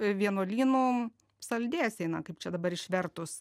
vienuolynų saldėsiai na kaip čia dabar išvertus